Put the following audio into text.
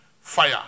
fire